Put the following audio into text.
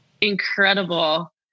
incredible